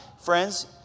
friends